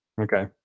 Okay